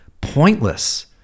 pointless